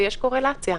ויש קורלציה.